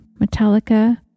Metallica